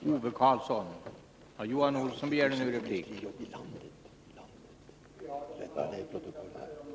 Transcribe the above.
Herr talman! Man blir inte helt och hållet utan hjälp, utan får möjlighet till stöd på annat sätt, delvis genom länsstyrelsens medverkan.